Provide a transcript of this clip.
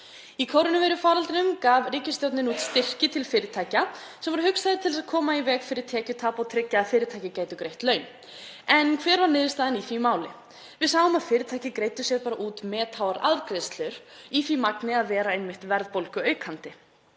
Í kórónuveirufaraldrinum gaf ríkisstjórnin út styrki til fyrirtækja sem voru hugsaðir til þess að koma í veg fyrir tekjutap og tryggja að fyrirtæki gætu greitt laun. En hver var niðurstaðan í því máli? Við sáum að fyrirtæki greiddu sér bara út metháar arðgreiðslur, í því magni að vera einmitt verðbólguaukandi.